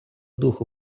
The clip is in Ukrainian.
духу